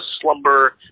slumber